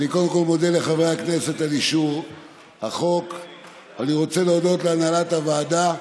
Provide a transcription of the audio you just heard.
אני מזמין את יושב-ראש ועדת החוקה,